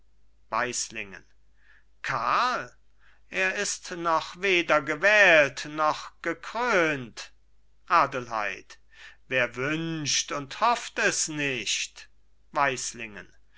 weislingen karl er ist noch weder gewählt noch gekrönt adelheid wer wünscht und hofft es nicht